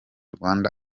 rwanda